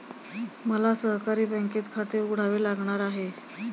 मला सहकारी बँकेत खाते उघडावे लागणार आहे